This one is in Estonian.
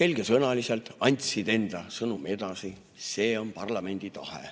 selgesõnaliselt andsid enda sõnumi edasi: see on parlamendi tahe.